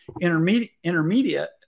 intermediate